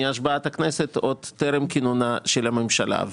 מהשבעת הכנסת עוד טרם כינונה של הממשלה.